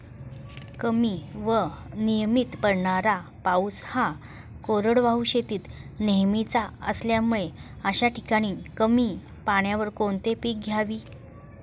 कमी व अनियमित पडणारा पाऊस हा कोरडवाहू शेतीत नेहमीचा असल्यामुळे अशा ठिकाणी कमी पाण्यावर कोणती पिके घ्यावी?